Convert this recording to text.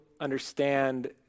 understand